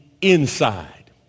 inside